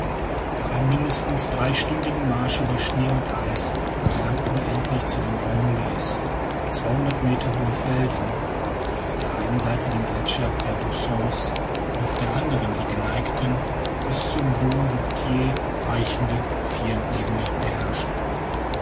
nach einem mindestens dreistündigen marsch über schnee und eis gelangen wir endlich zu den grands mulets meter hohen felsen die auf der einen seite den gletscher der bossons auf der anderen die geneigten bis zum dom du goter reichenden firnebenen beherrschen